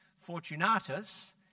Fortunatus